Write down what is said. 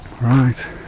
Right